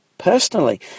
Personally